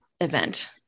event